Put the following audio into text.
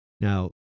Now